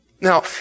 Now